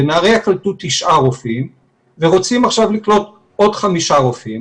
בנהריה קלטו תשעה רופאים ורוצים עכשיו לקלוט עוד חמישה רופאים,